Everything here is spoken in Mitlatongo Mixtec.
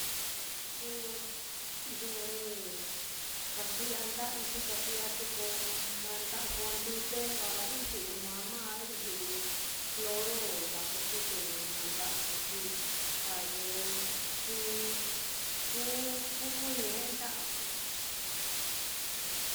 Ko iyo ore kaa kui'a nda'anchi, ka kui'a ko nanda'aso ndute a iyu'u nama a iyu'u cloro lakaso te na nda'aso, xi wa ye kuu kuu kú kuu ñe'e nda'aso.